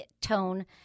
tone